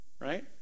Right